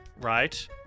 right